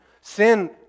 Sin